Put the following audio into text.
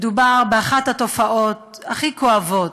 מדובר באחת התופעות הכי כואבות: